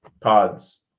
Pods